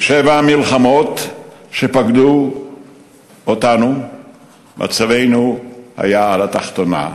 בשבע המלחמות שפקדו אותנו היה מצבנו על התחתונה,